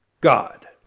God